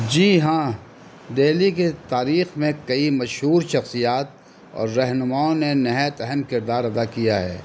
جی ہاں دہلی کے تاریخ میں کئی مشہور شخصیات اور رہنماؤں نے نہایت اہم کردار ادا کیا ہے